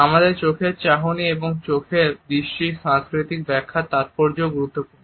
আমাদের চোখের চাহনি এবং চোখের দৃষ্টির সংস্কৃতিক ব্যাখ্যার তাৎপর্যও গুরুত্বপূর্ণ